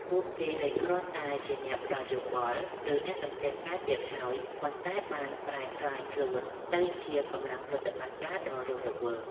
ពួកគេលែងគ្រាន់តែជាអ្នកផ្ដល់យោបល់ ឬអ្នកសង្កេតការណ៍ទៀតហើយ ប៉ុន្តែបានប្រែក្លាយខ្លួនទៅជាកម្លាំងប្រតិបត្តិការដ៏រស់រវើក។